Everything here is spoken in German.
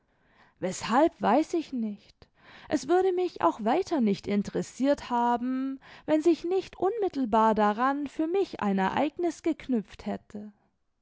weshalb weiß ich nicht es würde mich auch weiter nicht interessiert haben wenn sich nicht immittelbar daran für mich ein ereignis geknüpft hätte